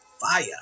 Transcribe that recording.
fire